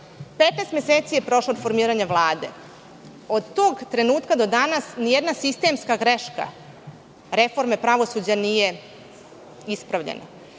meseci je prošlo od formiranja Vlade. Od tog trenutka do danas nijedna sistemska greška reforme pravosuđa nije ispravljena.